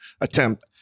attempt